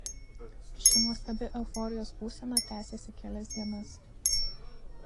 ši nuostabi euforijos būsena tęsėsi kelias dienas